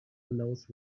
allows